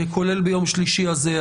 כולל ביום שלישי הזה.